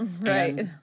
Right